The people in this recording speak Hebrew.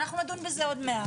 אנחנו נדון בזה עוד מעט.